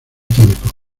tiempo